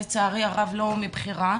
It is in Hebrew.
לצערי הרב לא מבחירה,